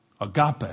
agape